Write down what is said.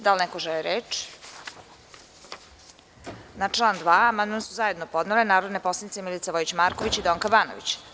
Da li neko želi reče? (Ne.) Na član 2. amandman su zajedno podnele narodne poslanice Milica Vojić Marković i Donka Banović.